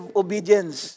obedience